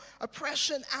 oppression